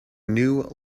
new